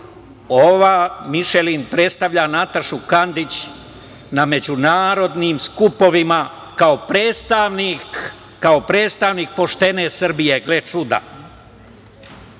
ova Mišelin predstavlja Natašu Kandić na međunarodnim skupovima, kao predstavnik poštene Srbije, gle čuda.